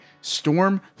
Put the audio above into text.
Storm